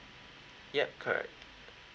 yup correct